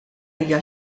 hija